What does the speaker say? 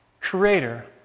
Creator